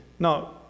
Now